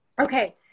Okay